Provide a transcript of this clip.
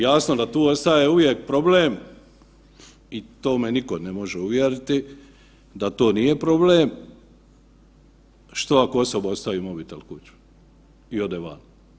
Jasno da tu ostaje uvijek problem i to me niko ne može uvjeriti da to nije problem, što ako osoba ostavi mobitel i ode van.